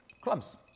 clumps